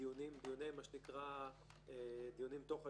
בדיונים תוך הליכיים.